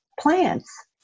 plants